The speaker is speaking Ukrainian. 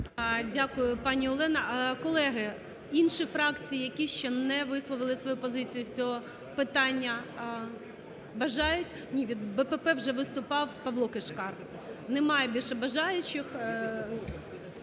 Дякую, пані Олена. Колеги! Інші фракції, які ще не висловили свою позицію з цього питання, бажають? Ні, від БПП вже виступав Павло Кишкар. Немає більше бажаючих.